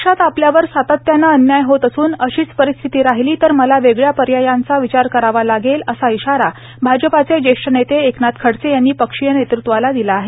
पक्षात आपल्यावर सातत्याने अन्याय होत असून अशीच परिस्थिती राहीली तर मला वेगळ्या पर्यायांचा विचार करावा लागेल असा इशारा भाजपाचे ज्येष्ठ नेते एकनाथ खडसे यांनी पक्षीय नेतत्वाला दिला आहे